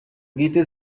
bwite